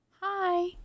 Hi